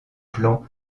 plan